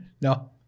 No